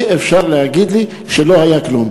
אי-אפשר להגיד לי שלא היה כלום.